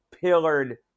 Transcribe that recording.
pillared